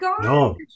No